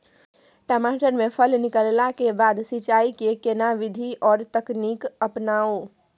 टमाटर में फल निकलला के बाद सिंचाई के केना विधी आर तकनीक अपनाऊ?